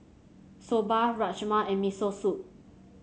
Soba Rajma and Miso Soup